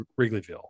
Wrigleyville